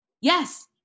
Yes